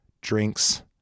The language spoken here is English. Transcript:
drinks